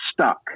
stuck